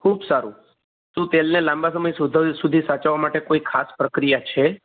ખૂબ સારું શું તેલને લાંબા સમય સુધા સુધી સાચવવા માટે કોઈ ખાસ પ્રક્રિયા છે